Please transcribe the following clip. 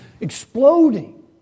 exploding